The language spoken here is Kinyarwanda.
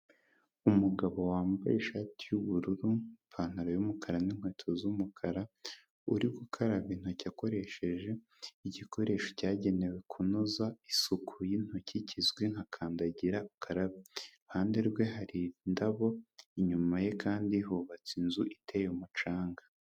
Umugabo wambaye ishati y'ubururu, ipantaro y'umukara n'inkweto z'umukara, uri gukaraba intoki akoresheje igikoresho cyagenewe kunoza isuku y'intoki kizwi nka kandagira ukarabe, iruhande rwe hari indabo, inyuma ye kandi hubatse inzu iteye umucanga.